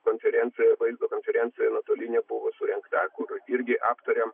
konferencija vaizdo konferencija nuotolinė buvo surengta kur irgi aptarėm